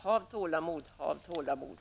Hav tålamod, hav tålamod!